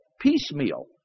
piecemeal